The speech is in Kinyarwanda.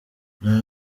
nta